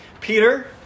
Peter